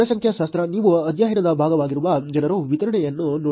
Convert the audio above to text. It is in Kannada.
ಜನಸಂಖ್ಯಾಶಾಸ್ತ್ರ ನೀವು ಅಧ್ಯಯನದ ಭಾಗವಾಗಿರುವ ಜನರ ವಿತರಣೆಯನ್ನು ನೋಡಿದರೆ